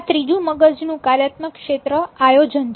આ ત્રીજું મગજનું કાર્યાત્મક ક્ષેત્ર આયોજન છે